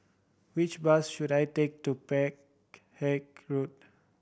which bus should I take to Peck Hay Road